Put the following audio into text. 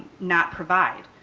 not provide.